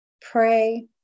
pray